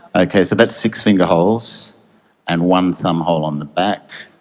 okay, so that's six finger holes and one thumb hole on the back.